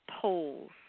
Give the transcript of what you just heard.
polls